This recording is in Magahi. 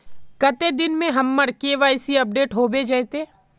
कते दिन में हमर के.वाई.सी अपडेट होबे जयते?